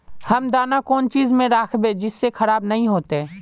हम दाना कौन चीज में राखबे जिससे खराब नय होते?